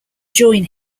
join